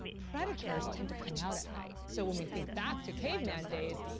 predators tend to come out at night, so when we think back to caveman days,